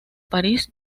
parís